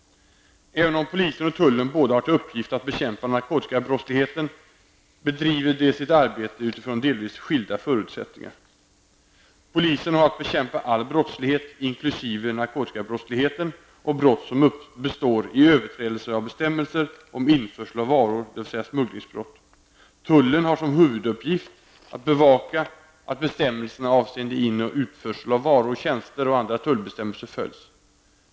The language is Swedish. Även om både polisen och tullen har till uppgift att bekämpa narkotikabrottsligheten, bedriver de sitt arbete utifrån delvis skilda förutsättningar. Polisen har att bekämpa all brottslighet, inkl. narkotikabrottsligheten och brott som består i överträdelser av bestämmelser om införsel av varor, dvs. smugglingsbrott. Tullen har som huvuduppgift att bevaka att bestämmelserna avseende in och utförsel av varor och tjänster och andra tullbestämmelser följs.